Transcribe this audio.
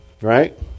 Right